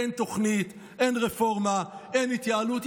אין תוכנית, אין רפורמה, אין התייעלות.